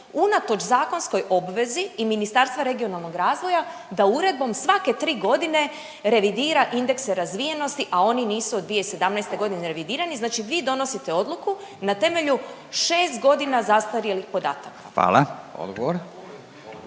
unatoč zakonskoj obvezi i Ministarstva regionalnog razvoja da uredbom svake 3 godine revidira indekse razvijenosti, a oni nisu od 2017. g. revidirani, znači vi donosite odluku na temelju 6 godina zastarjelih podataka? **Radin,